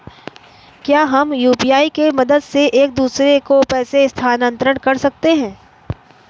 क्या हम यू.पी.आई की मदद से एक दूसरे को पैसे स्थानांतरण कर सकते हैं?